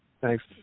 thanks